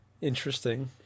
Interesting